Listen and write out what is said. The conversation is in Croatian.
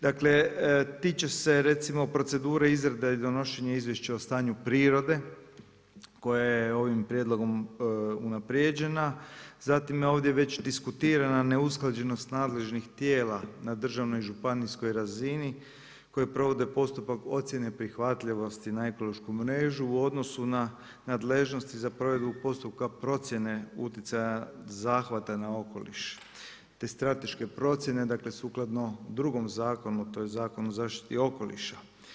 Dakle, tiče se recimo procedure izrade i donošenja izvješća o stanju prirode koje je ovim prijedlogom unaprijeđena, zatim ovdje već diskutirana neusklađenost nadležnih tijela na državnoj i županijskoj razini koje provode postupak ocjene prihvatljivosti na ekološku mrežu u odnosu na nadležnosti za provedbu postupka procjene utjecaja zahvata na okoliš te strateške procjene dakle sukladno drugom zakonu tj. Zakon o zaštiti okoliša.